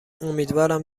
امیدوارم